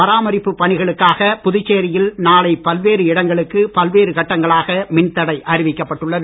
பராமரிப்பு பணிகளுக்காக புதுச்சேரியில் நாளை பல்வேறு இடங்களுக்கு பல்வேறு கட்டங்களாக மின்தடை அறிவிக்கப்பட்டுள்ளது